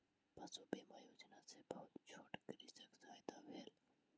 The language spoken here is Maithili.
पशु बीमा योजना सॅ बहुत छोट कृषकक सहायता भेल